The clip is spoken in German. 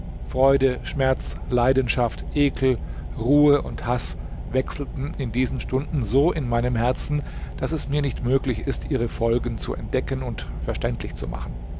freude schmerz leidenschaft ekel ruhe und haß wechselten in diesen stunden so in meinem herzen daß es mir nicht möglich ist ihre folgen zu entdecken und verständlich zu machen